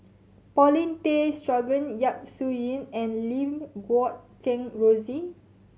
Paulin Tay Straughan Yap Su Yin and Lim Guat Kheng Rosie